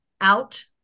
out